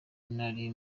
nari